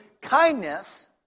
kindness